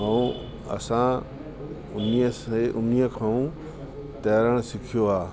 ऐं असां उन्हीअ सां उन्हीअ खां तरण सिखियो आहे